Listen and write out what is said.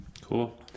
cool